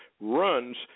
runs